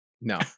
No